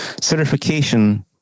certification